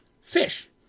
fish